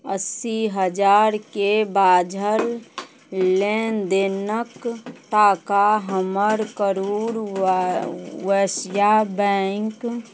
अस्सी हजारके बाझल लेनदेनके टाका हमर करूर वै वैश्य बैँक